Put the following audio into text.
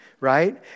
right